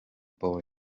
boy